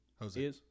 Jose